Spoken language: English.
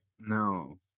No